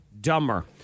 dumber